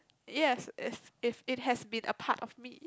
yes it's it it has been a part of me